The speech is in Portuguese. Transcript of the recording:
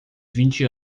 vinte